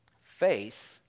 Faith